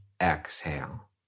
exhale